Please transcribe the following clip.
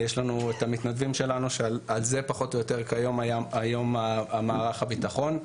יש לנו את המתנדבים שלנו שעל זה פחות או יותר כיום היום מערך הביטחון,